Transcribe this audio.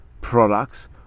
products